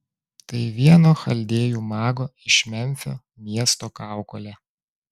tai vieno chaldėjų mago iš memfio miesto kaukolė